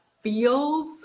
feels